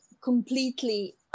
completely